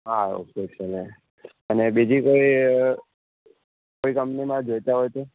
okay ચલો અને બીજી કોઈ કોઈ કંપનીના જોઈતા હોય તો